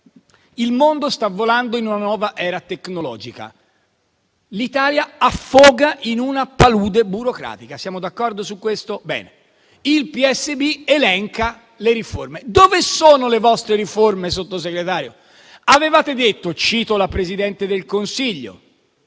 Il mondo sta volando in una nuova era tecnologica; l'Italia affoga in una palude burocratica. Siamo d'accordo su questo? Bene. Il PSB elenca le riforme. Dove sono le vostre riforme, Sottosegretario? Avevate detto - e cito la Presidente del Consiglio